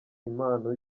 impano